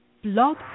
Blog